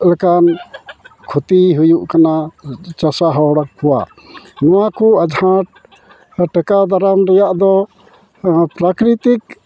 ᱞᱮᱠᱟᱱ ᱠᱷᱚᱛᱤ ᱦᱩᱭᱩᱜ ᱠᱟᱱᱟ ᱪᱟᱥᱟ ᱦᱚᱲ ᱠᱚᱣᱟᱜ ᱱᱚᱣᱟ ᱠᱚ ᱟᱸᱡᱷᱟᱴ ᱴᱮᱠᱟᱣ ᱫᱟᱨᱟᱢ ᱨᱮᱭᱟᱜ ᱫᱚ ᱯᱨᱟᱠᱨᱤᱛᱤᱠ